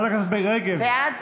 בעד